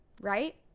right